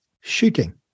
shooting